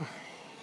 שנאה),